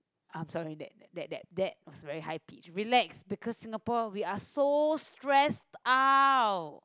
i'm sorry that that that that it's very high pitch relax because Singapore we are so stress out